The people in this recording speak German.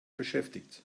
beschäftigt